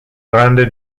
grande